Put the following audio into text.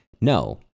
no